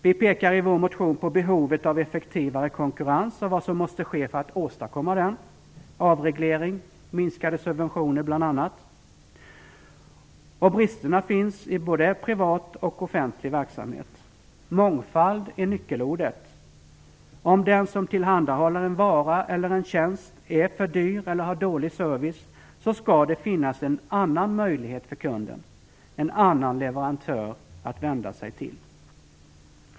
Vi pekar i vår motion på behovet av effektivare konkurrens och på vad som måste ske för att åstadkomma den, dvs. avreglering och minskade subventioner bl.a. Brister finns i både privat och offentlig verksamhet. Mångfald är nyckelordet! Om den som tillhandahåller en vara eller en tjänst är för dyr eller ger dålig service skall det finnas möjlighet för kunden att vända sig till en annan leverantör.